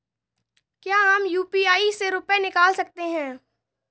क्या हम यू.पी.आई से रुपये निकाल सकते हैं?